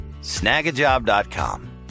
Snagajob.com